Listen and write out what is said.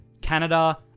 Canada